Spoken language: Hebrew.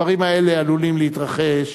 הדברים האלה עלולים להתרחש,